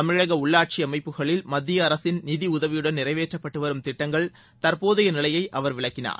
தமிழக உள்ளாட்சி அமைப்புக்களில் மத்திய அரசின் நிதியுதவியுடன் நிறைவேற்றப்பட்டு வரும் திட்டங்களின் தற்போதைய நிலையை அவர் விளக்கினார்